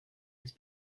was